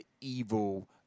evil